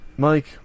Mike